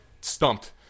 stumped